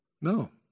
No